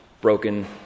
broken